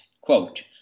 quote